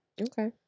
Okay